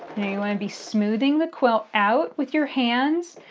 you want to be smoothing that quilt out with your hands,